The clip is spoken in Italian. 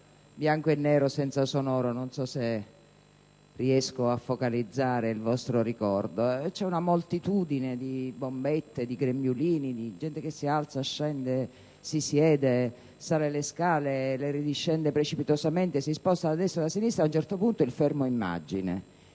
bianco e nero, senza sonoro. Non so se riesco a focalizzare il vostro ricordo. C'è una moltitudine di bombette, di grembiulini, di gente che si alza, scende, si siede, sale le scale, le ridiscende precipitosamente, si sposta da destra a sinistra e, ad un certo punto, il fermo immagine: